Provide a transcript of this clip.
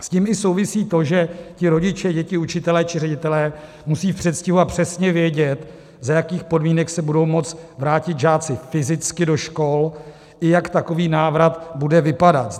S tím souvisí i to, že ti rodiče, děti, učitelé či ředitelé musí v předstihu a přesně vědět, za jakých podmínek se budou moci vrátit žáci fyzicky do škol i jak takový návrat bude vypadat.